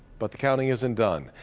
but the counting isn't done.